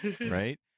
right